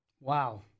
Wow